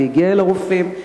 זה הגיע אל הרופאים,